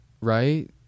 right